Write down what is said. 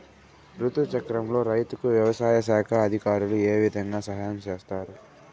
రుతు చక్రంలో రైతుకు వ్యవసాయ శాఖ అధికారులు ఏ విధంగా సహాయం చేస్తారు?